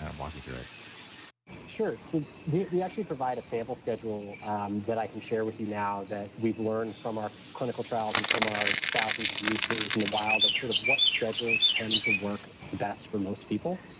and walk me through it sure. so we we actually provide a sample schedule um that i can share with you now that we've learned from our clinical trials and from our thousands of users in the wild, of sort of what schedules tend to work the best for most people.